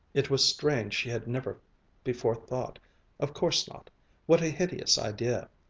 it was strange she had never before thought of course not what a hideous idea!